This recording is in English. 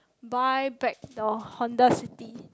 buy back the Honda City